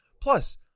Plus